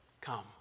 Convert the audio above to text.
come